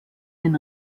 den